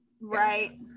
right